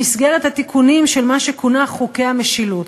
במסגרת התיקונים של מה שכונה "חוקי המשילות".